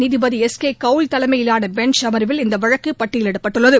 நீதிபதி திரு S K Kaul தலைமையிலான பெஞ்ச் அமர்வில் இந்த வழக்கு பட்டியலிடப்பட்டுள்ளது